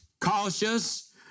cautious